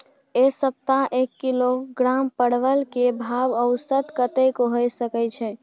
ऐ सप्ताह एक किलोग्राम परवल के भाव औसत कतेक होय सके छै?